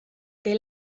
the